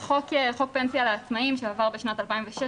החוק, חוק פנסיה לעצמאים שעבר בשנת 2016